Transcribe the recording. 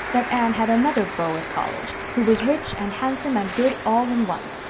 that anne had another beau at college, who was rich and handsome and good all in one.